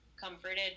comforted